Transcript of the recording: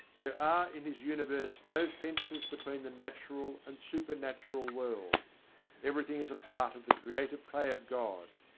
there are in his universe no fences between the natural and supernatural worlds everything is a part of the creative play of god,